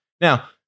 Now